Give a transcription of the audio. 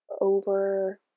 over